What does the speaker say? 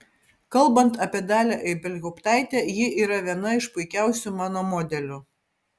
kalbant apie dalią ibelhauptaitę ji yra viena iš puikiausių mano modelių